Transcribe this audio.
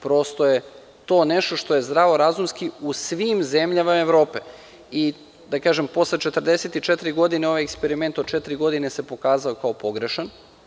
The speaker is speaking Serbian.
Prosto je to nešto što je zdravo razumski u svim zemljama Evrope i da kažem posle 44 godine ovaj eksperiment od četiri godine se pokazao kao pogrešan.